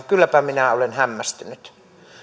kylläpä minä olen hämmästynyt